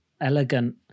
elegant